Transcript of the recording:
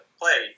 play